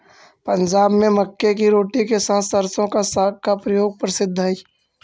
पंजाब में मक्के की रोटी के साथ सरसों का साग का प्रयोग प्रसिद्ध हई